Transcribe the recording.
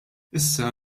issa